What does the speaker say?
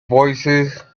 voicesand